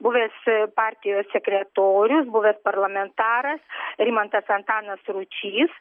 buvęs partijos sekretorius buvęs parlamentaras rimantas antanas ručys